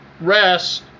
rest